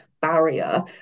Barrier